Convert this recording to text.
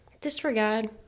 disregard